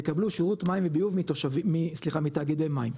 יקבלו שירותי מים וביוב מתאגידי מים.